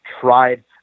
tried